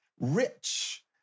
rich